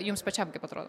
jums pačiam kaip atrodo